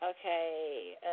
Okay